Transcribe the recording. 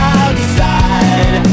outside